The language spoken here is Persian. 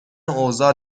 اوضاع